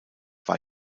war